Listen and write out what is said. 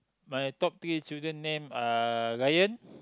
my top three children name are Ryan